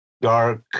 dark